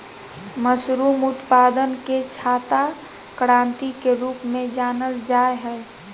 mushroom उत्पादन के छाता क्रान्ति के रूप में जानल जाय हइ